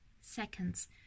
seconds